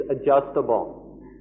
adjustable